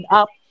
up